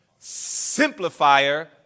simplifier